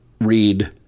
read